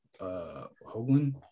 Hoagland